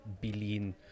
billion